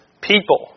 people